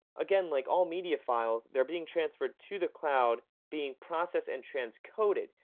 again, like all media files they're being transferred to the cloud, being processed and transcoded.